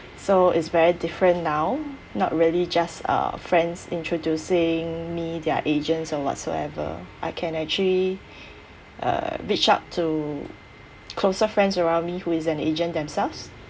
so it's very different now not really just uh friends introducing me their agents or whatsoever I can actually uh reach out to closer friends around me who is an agent themselves